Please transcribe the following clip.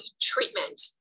treatment